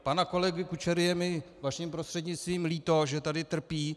Pana kolegy Kučery je mi vaším prostřednictvím líto, že tady trpí.